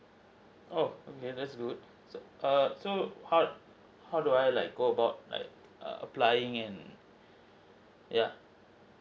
oh okay that's good so err so how how do I like go about like err applying and yeah